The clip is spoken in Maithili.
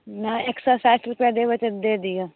नहि एक सओ साठि रुपैआ देबै तऽ दऽ दिऔ